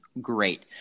great